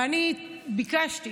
ואני ביקשתי